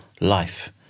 life